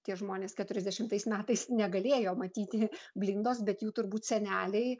tie žmonės keturiasdešimtais metais negalėjo matyti blindos bet jų turbūt seneliai